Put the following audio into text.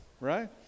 right